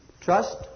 Trust